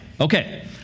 Okay